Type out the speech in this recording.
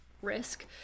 risk